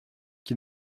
qui